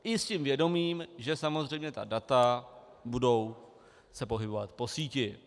I s tím vědomím, že samozřejmě ta data budou se pohybovat po síti.